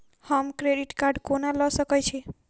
हम credit card कोना लऽ सकै छी?